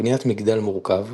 בניית מגדל מורכב,